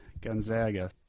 Gonzaga